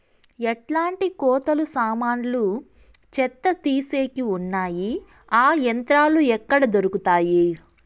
ఎట్లాంటి కోతలు సామాన్లు చెత్త తీసేకి వున్నాయి? ఆ యంత్రాలు ఎక్కడ దొరుకుతాయి?